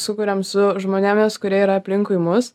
sukuriam su žmonėmis kurie yra aplinkui mus